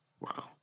Wow